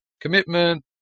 commitment